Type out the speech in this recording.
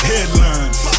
Headlines